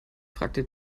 fragte